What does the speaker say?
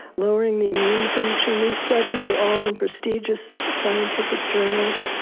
lowering the immune function, these studies are all in prestigious scientific journals.